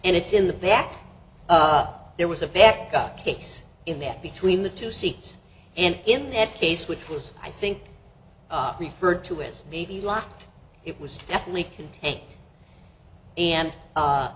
and it's in the back up there was a back up case in there between the two seats and in that case which was i think referred to as maybe locked it was definitely contained and